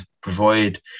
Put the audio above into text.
provide